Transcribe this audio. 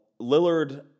Lillard